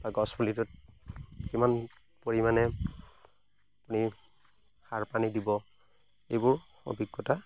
বা গছপুলিটোত কিমান পৰিমাণে আপুনি সাৰ পানী দিব এইবোৰ অভিজ্ঞতা